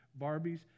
Barbies